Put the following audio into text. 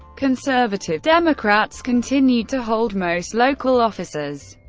conservative democrats continued to hold most local offices,